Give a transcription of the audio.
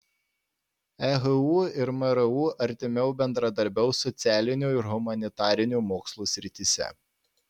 ehu ir mru artimiau bendradarbiaus socialinių ir humanitarinių mokslų srityse